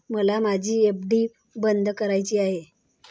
मला माझी एफ.डी बंद करायची आहे